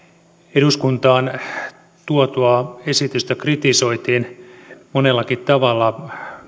eduskuntaan tuotua esitystä kritisoitiin monellakin tavalla